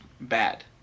bad